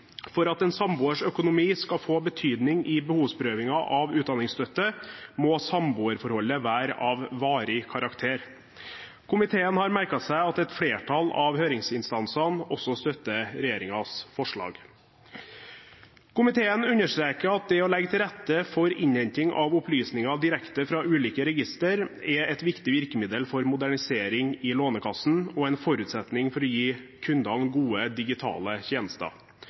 for at en samboers økonomi skal få betydning i behovsprøvingen av utdanningsstøtte, må samboerforholdet være av varig karakter. Komiteen har merket seg at et flertall av høringsinstansene også støtter regjeringens forslag. Komiteen understreker at det å legge til rette for innhenting av opplysninger direkte fra ulike register er et viktig virkemiddel for modernisering i Lånekassen og en forutsetning for å gi kundene gode, digitale tjenester.